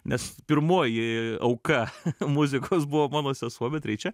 nes pirmoji auka muzikos buvo mano sesuo beatričė